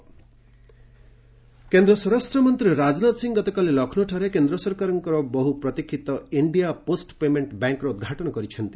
IPPB କେନ୍ଦ୍ର ସ୍ୱରାଷ୍ଟ୍ରମନ୍ତ୍ରୀ ରାଜନାଥ ସିଂ ଗତକାଲି ଲକ୍ଷ୍ନୌଠାରେ କେନ୍ଦ୍ର ସରକାରଙ୍କ ବହୁପ୍ରତୀକ୍ଷିତ ଇଣ୍ଡିଆ ପୋଷ୍ଟ ପେମେଣ୍ଟ୍ ବ୍ୟାଙ୍କର ଉଦ୍ଘାଟନ କରିଛନ୍ତି